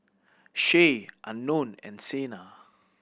Shay Unknown and Sena